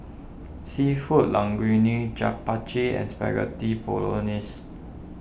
Seafood Linguine Japchae and Spaghetti Bolognese